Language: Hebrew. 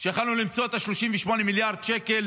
שיכולנו למצוא את ה-38 מיליארד שקל